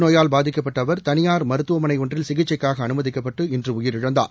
நோயால் பாதிக்கப்பட்ட அவர் தனியார் மருத்துவமனை ஒன்றில் சிகிச்சைக்காக புற்ற அனுமதிக்கப்பட்டு இன்று உயிரிழந்தார்